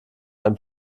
ein